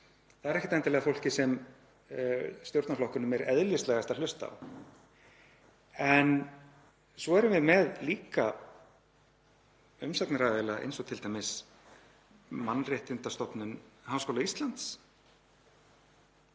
degi, ekkert endilega fólkið sem stjórnarflokkunum er eðlislægt að hlusta á. En svo erum við með líka umsagnaraðila eins og t.d. Mannréttindastofnun Háskóla Íslands